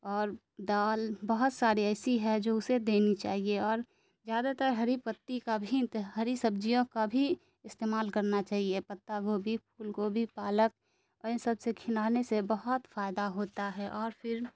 اور دال بہت سارے ایسی ہے جو اسے دینی چاہیے اور زیادہ تر ہری پتی کا بھی ہری سبجیوں کا بھی استعمال کرنا چاہیے پتا گوبھی پھول گوبھی پالک اور ان سب سے کھلانے سے بہت فائدہ ہوتا ہے اور پھر